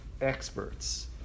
experts